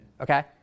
Okay